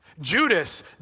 Judas